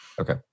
Okay